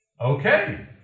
Okay